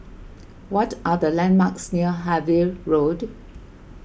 what are the landmarks near Harvey Road